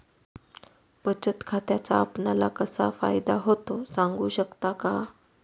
बचत खात्याचा आपणाला कसा फायदा होतो? सांगू शकता का?